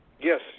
Yes